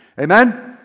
Amen